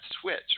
switch